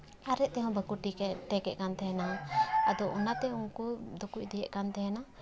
ᱟᱨᱮᱡ ᱛᱮᱦᱚᱸ ᱵᱟᱠᱚ ᱴᱤᱠᱟᱹᱣᱮᱜ ᱴᱮᱠᱮᱜ ᱛᱟᱦᱮᱱᱟ ᱟᱫᱚ ᱚᱱᱟᱛᱮ ᱩᱱᱠᱩ ᱫᱚᱠᱚ ᱤᱫᱤᱭᱮᱜ ᱛᱟᱦᱮᱱᱟ